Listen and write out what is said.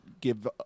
give